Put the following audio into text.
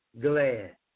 glad